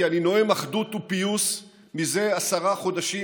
כי אני נואם אחדות ופיוס זה עשרה חודשים,